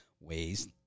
ways